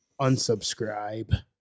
Unsubscribe